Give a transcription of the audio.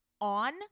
on